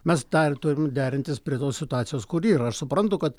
mes tą ir turim derintis prie tos situacijos kuri yra aš suprantu kad